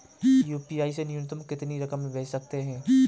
UPI से न्यूनतम कितनी रकम भेज सकते हैं?